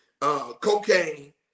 Cocaine